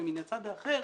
ומן הצד האחר,